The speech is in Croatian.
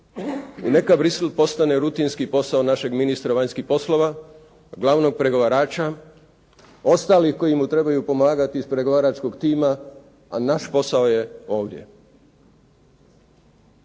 Neka Bruxelles postane rutinski posao našeg ministra vanjskih poslova, glavnog pregovarača, ostalih koji mu trebaju pomagati iz pregovaračkog tima, a naš posao je ovdje.